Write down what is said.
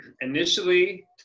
initially